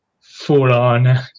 full-on